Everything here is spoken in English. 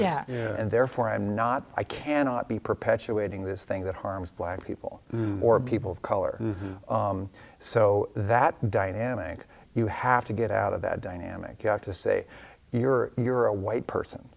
race yeah and therefore i'm not i cannot be perpetuating this thing that harms black people or people of color so that dynamic you have to get out of that dynamic you have to say you're you're a white person